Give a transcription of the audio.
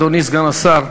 אדוני סגן השר,